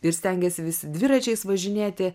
ir stengiasi visi dviračiais važinėti